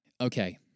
Okay